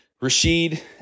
Rashid